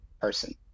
person